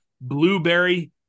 blueberry